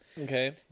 Okay